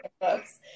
books